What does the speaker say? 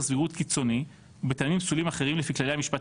סבירות קיצוני ומטעמים פסולים אחרים לפי כללי המשפט